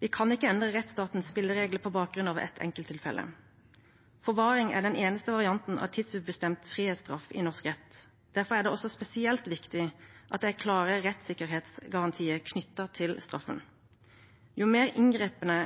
Vi kan ikke endre rettsstatens spilleregler på bakgrunn av et enkelttilfelle. Forvaring er den eneste varianten av tidsubestemt frihetsstraff i norsk rett. Derfor er det også spesielt viktig at det er klare rettssikkerhetsgarantier knyttet til straffen. Jo mer inngripende